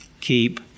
keep